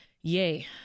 Yay